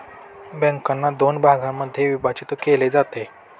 बँकांना दोन भागांमध्ये विभाजित केले जाते